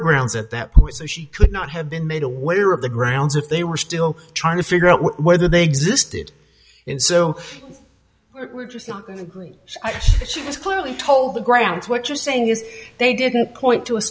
grounds at that point so she could not have been made aware of the grounds of they were still trying to figure out whether they existed in so we're just not she's clearly told the grounds what you're saying is they didn't point to